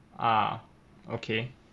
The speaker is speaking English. ah okay